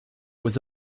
was